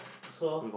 so